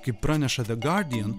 kaip praneša the guardian